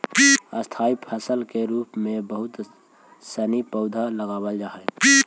स्थाई फसल के रूप में बहुत सनी पौधा लगावल जा हई